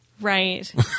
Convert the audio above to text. Right